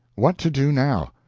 what to do now?